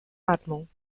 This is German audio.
atmung